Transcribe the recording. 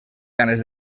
ganes